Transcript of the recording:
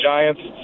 Giants